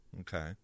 okay